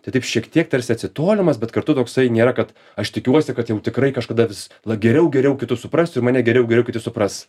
tai taip šiek tiek tarsi atsitolimas bet kartu toksai nėra kad aš tikiuosi kad jau tikrai kažkada vis na geriau geriau kitus suprasiu ir mane geriau geriau kiti supras